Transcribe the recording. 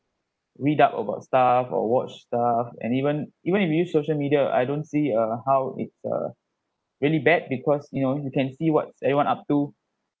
read up about stuff or watch stuff and even even if you use social media I don't see uh how it's a really bad because you know you can see what's everyone up to